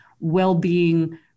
well-being